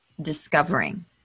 discovering